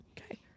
Okay